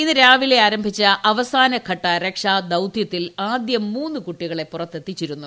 ഇന്ന് രാവിലെ ആരംഭിച്ച അവസാനഘട്ട രക്ഷാ ദൌത്യത്തിൽ ആദ്യം മൂന്ന് കുട്ടികളെ പുറത്തെത്തിച്ചിരുന്നു